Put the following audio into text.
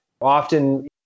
often